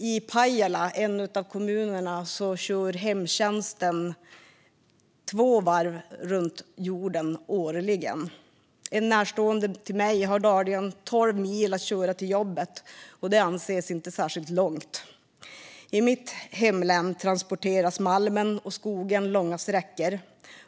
I Pajala, en av kommunerna där, kör hemtjänsten två varv runt jorden årligen. En närstående till mig har dagligen tolv mil att köra till jobbet, och det anses inte särskilt långt. I mitt hemlän transporteras malmen och skogen långa sträckor.